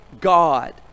God